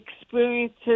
experiences